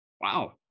wow